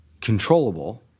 controllable